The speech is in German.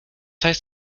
heißt